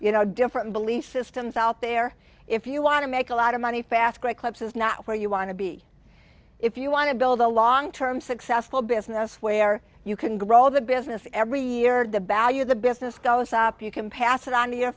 you know different belief systems out there if you want to make a lot of money fast great clubs is not where you want to be if you want to build a long term successful business where you can grow the business every year the ballad the business goes up you can pass it on to your